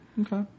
Okay